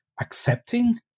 accepting